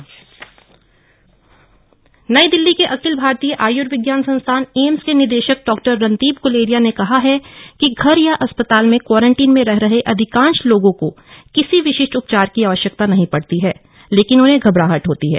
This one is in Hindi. एम्स निदेशक नई दिल्ली के अखिल भारतीय आयुर्विज्ञान संस्थान एम्स के निदेशक डॉक्टर रणदीप गुलेरिया ने कहा है कि घर या अस्पताल में क्वारंटीन में रह रहे अधिकांश लोगों को किसी विशिष्ट उपचार की आवश्यकता नहीं पड़ती है लेकिन उन्हें घबराहट होती है